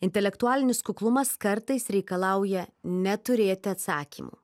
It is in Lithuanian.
intelektualinis kuklumas kartais reikalauja neturėti atsakymų